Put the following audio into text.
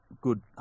good